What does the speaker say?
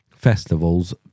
Festivals